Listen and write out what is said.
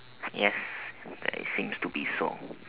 yes there seems to be so